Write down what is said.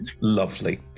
Lovely